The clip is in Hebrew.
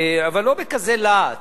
אבל לא בכזה להט.